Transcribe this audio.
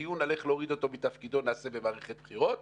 הדיון על איך להוריד אותו מתפקידו נעשה במערכת בחירות,